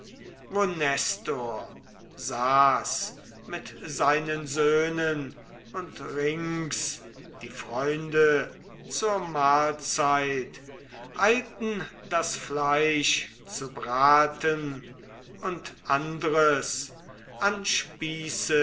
saß mit seinen söhnen und rings die freunde zur mahlzeit eilten das fleisch zu braten und andres an